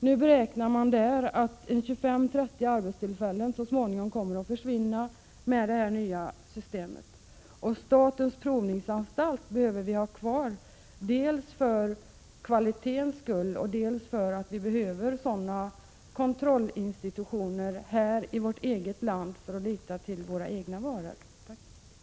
Nu beräknar man där att 25-30 arbetstillfällen kommer att försvinna så småningom, om det nya systemet införs. Statens provningsanstalt behöver vi ha kvar dels för att upprätthålla kvalitet, dels för att vi måste ha en kontrollinstitution som statens provningsanstalt inom landet för att kunna lita på att kvaliteten upprätthålls i våra egna varor.